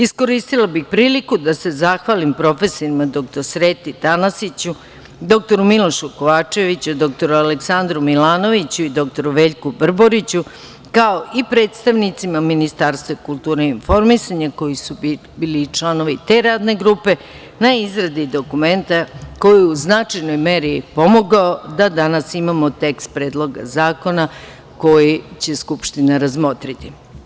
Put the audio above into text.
Iskoristila bih priliku da se zavalim proforima dr Sreti Tanasiću, dr Milošu Kovačeviću, dr Aleksandru Milanoviću i dr Veljku Brboriću, kao i predstavnicima Ministarstva kulture i informisanja koji su bili i članovi te Radne grupe na izgradi dokumenta koji je u značajnoj meri pomogao da danas imamo tekst Predloga zakona koji će Skupština razmotriti.